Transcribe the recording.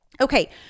Okay